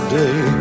day